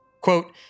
Quote